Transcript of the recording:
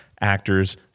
actors